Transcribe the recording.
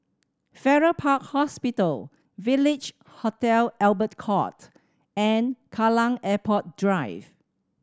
Farrer Park Hospital Village Hotel Albert Court and Kallang Airport Drive